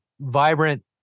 vibrant